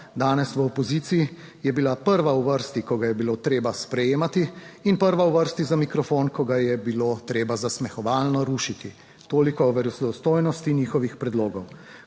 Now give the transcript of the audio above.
danes v opoziciji je bila prva v vrsti, ko ga je bilo treba sprejemati in prva v vrsti za mikrofon, ko ga je bilo treba zasmehovalno rušiti. Toliko o verodostojnosti njihovih predlogov.